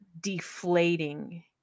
deflating